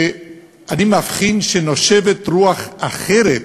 שאני מבחין שנושבת רוח אחרת